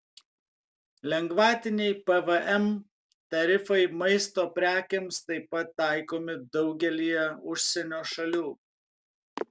lengvatiniai pvm tarifai maisto prekėms taip pat taikomi daugelyje užsienio šalių